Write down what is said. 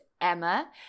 Emma